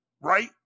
Right